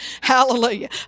Hallelujah